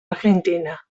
argentina